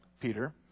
Peter